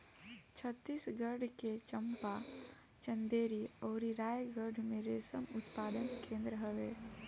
छतीसगढ़ के चंपा, चंदेरी अउरी रायगढ़ में रेशम उत्पादन केंद्र हवे